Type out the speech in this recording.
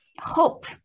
hope